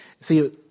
See